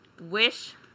Wish